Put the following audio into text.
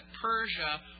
Persia